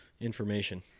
information